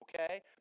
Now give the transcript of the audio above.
okay